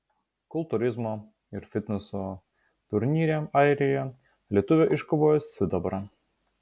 kultūrizmo ir fitneso turnyre airijoje lietuvė iškovojo sidabrą